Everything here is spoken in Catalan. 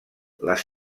les